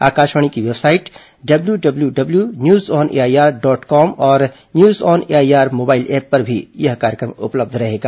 आकाशवाणी की website W W W W news on AIR dot com और news on AIR mobile app पर भी यह कार्यक्रम उपलब्ध होगा